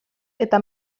eta